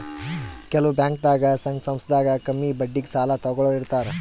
ಕೆಲವ್ ಬ್ಯಾಂಕ್ದಾಗ್ ಸಂಘ ಸಂಸ್ಥಾದಾಗ್ ಕಮ್ಮಿ ಬಡ್ಡಿಗ್ ಸಾಲ ತಗೋಳೋರ್ ಇರ್ತಾರ